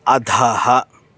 अधः